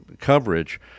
coverage